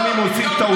גם אם הם עושים טעויות,